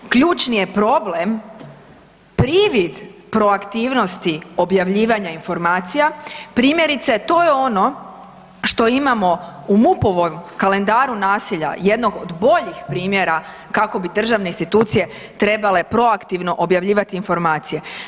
Ključni je problem privid proaktivnosti objavljivanja informacija, primjerice, to je ono što imamo u MUP-ovom kalendaru nasilja, jednom od boljih primjera kako bi državne institucije trebale proaktivno objavljivati informacije.